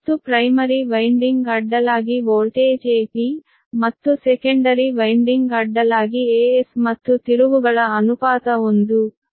ಮತ್ತು primary winding ಅಡ್ಡಲಾಗಿ voltage Ep ಮತ್ತು ಸೆಕೆಂಡರಿ ವೈನ್ಡಿಂಗ್ ಅಡ್ಡಲಾಗಿ Es ಮತ್ತು ತಿರುವುಗಳ ಅನುಪಾತ 1 a